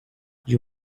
you